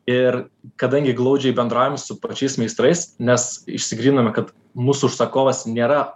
ir kadangi glaudžiai bendraujam su pačiais meistrais nes išsigryninome kad mūsų užsakovas nėra